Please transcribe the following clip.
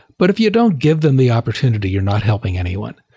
but if you don't give them the opportunity, you're not helping anyone.